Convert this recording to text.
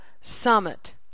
summit